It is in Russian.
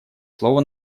слово